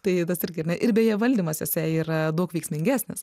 tai tas irgi ar ne ir beje valdymas jose yra daug veiksmingesnis